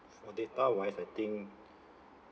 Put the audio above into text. for data-wise I think